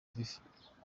fifa